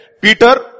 Peter